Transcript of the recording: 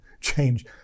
change